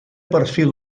perfil